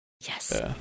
Yes